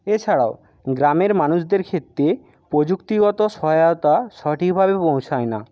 এছাড়াও গ্রামের মানুষদের ক্ষেত্রে প্রযুক্তিগত সহায়তা সঠিকভাবে পৌঁছায় না